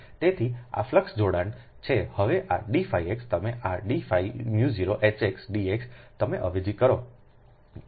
તેથી આ ફ્લક્સ જોડાણ છે હવે આ d x તમે આ d x0 H xdx તમે અવેજી કરો છો